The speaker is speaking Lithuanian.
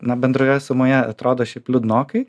na bendroje sumoje atrodo šiaip liūdnokai